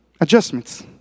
adjustments